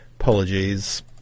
Apologies